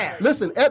listen